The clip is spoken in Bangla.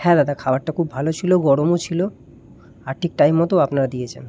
হ্যাঁ দাদা খাবারটা খুব ভালো ছিল গরমও ছিল আর ঠিক টাইমমতোও আপনারা দিয়েছেন